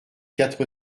quatre